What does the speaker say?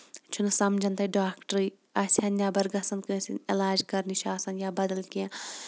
چھُنہٕ سَمجان تَتہِ ڈاکٹرِے اَسہِ ہن نیبر گژھن کٲنسہِ علاج کرنہِ چھِ آسان یا بدل کیٚنہہ